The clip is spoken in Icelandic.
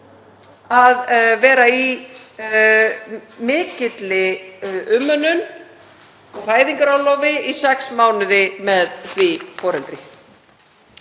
að vera í mikilli umönnun og fæðingarorlofi í sex mánuði með því foreldri